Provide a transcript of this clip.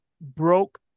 broke